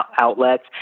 outlets